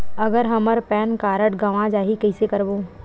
अगर हमर PAN card गवां जाही कइसे करबो?